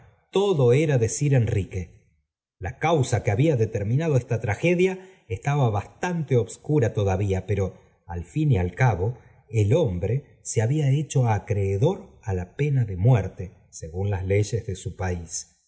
todo era de sir enrique la causa que había determinado esta tragedia estaba bastante obscura todavía pero al fin y al cabo el hombre se habla hecho acreedor á la pena de muerte según las leyes de su país